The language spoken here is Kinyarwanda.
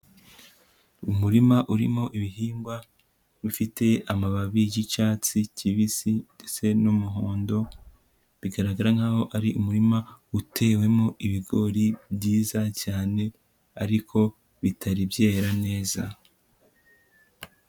Umurima urimo ibihingwa bifite amababi y'icyatsi kibisi ndetse n'umuhondo, bigaragara nkaho ari umurima utewemo ibigori byiza cyane ariko bitari byera neza.